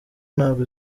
ntabwo